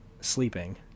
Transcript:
sleeping